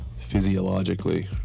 physiologically